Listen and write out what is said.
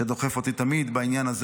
שדוחף אותי תמיד בעניין הזה,